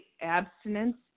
abstinence